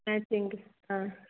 matching ಹಾಂ